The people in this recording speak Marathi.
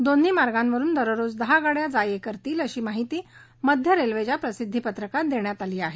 दोन्ही मार्गावरून दररोज दहा गाङ्या जा ये करतील अशी माहिती मध्य रेल्वेच्या प्रसिध्दी पत्रकात देण्यात आली आहे